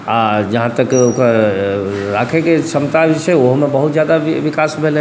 आओर जहाँ तक ओकर राखैके क्षमता जे छै ओहोमे बहुत ज्यादा विकास भेलै हँ